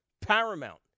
Paramount